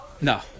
no